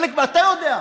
ואתה יודע,